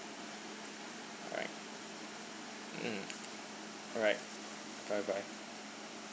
alright um mm alright bye bye